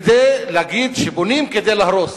כדי להגיד שבונים כדי להרוס.